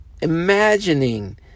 imagining